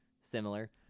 similar